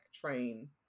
train